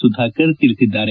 ಸುಧಾಕರ್ ತಿಳಿಸಿದ್ದಾರೆ